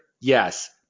Yes